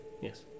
Yes